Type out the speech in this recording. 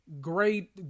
great